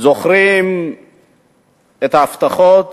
זוכרים את ההבטחות,